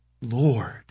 Lord